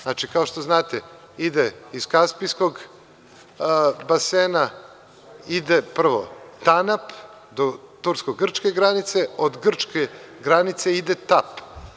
Znači kao što znate, ide iz Kaspijskog basena, ide prvo Tanap do tursko-grčke granice, od grčke granice ide Tap.